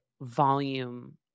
volume